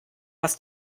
was